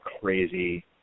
crazy